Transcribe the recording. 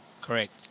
Correct